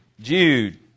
Jude